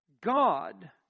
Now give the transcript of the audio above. God